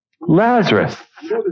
Lazarus